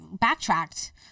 backtracked